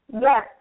Yes